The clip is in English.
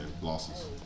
Losses